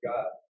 God